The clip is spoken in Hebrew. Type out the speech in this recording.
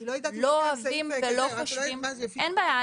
לא אוהבים ולא חושבים ------ אין בעיה.